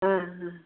ஆ ஆ